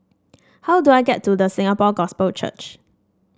how do I get to The Singapore Gospel Church